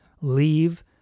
leave